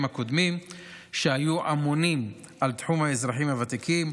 הקודמים שהיו אמונים על תחום האזרחים הוותיקים,